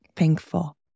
thankful